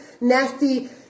nasty